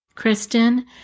Kristen